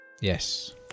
Yes